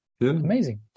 amazing